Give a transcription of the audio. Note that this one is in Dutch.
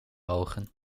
ogen